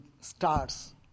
stars